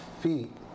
feet